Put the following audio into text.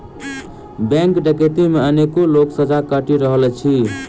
bank डकैती मे अनेको लोक सजा काटि रहल अछि